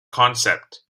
concept